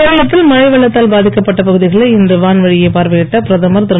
கேரளத்தில் மழை வெள்ளத்தால் பாதிக்கப்பட்ட பகுதிகளை இன்று வான்வழியே பார்வையிட்ட பிரதமர் திரு